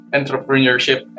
entrepreneurship